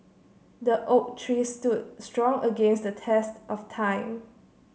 the oak tree stood strong against the test of time